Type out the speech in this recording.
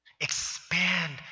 expand